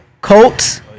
Colts